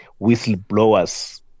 whistleblowers